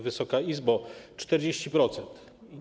Wysoka Izbo! 40%.